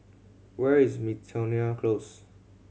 where is Miltonia Close